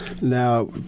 Now